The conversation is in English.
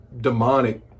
demonic